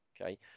okay